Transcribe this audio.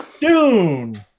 Dune